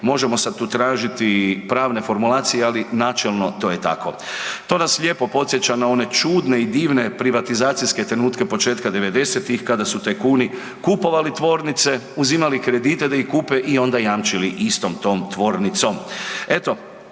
Možemo sad tu tražiti pravne formulacije, ali načelno to je tako. To nas lijepo podsjeća na one čudne i divne privatizacijske trenutke početka devedesetih kada su tajkuni kupovali tvornice, uzimali kredite da ih kupe i onda jamčili istom tom tvornicom.